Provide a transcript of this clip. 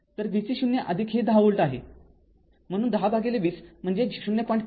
तर vc 0 हे १० volt आहे म्हणून १० भागिले २० म्हणजे ०